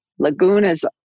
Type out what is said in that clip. lagunas